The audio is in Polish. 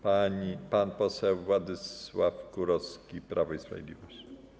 Pan poseł Władysław Kurowski, Prawo i Sprawiedliwość.